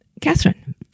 Catherine